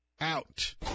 out